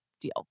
deal